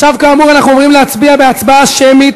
עכשיו, כאמור, אנחנו עוברים להצבעה שמית